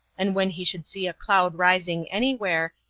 and when he should see a cloud rising any where,